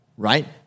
Right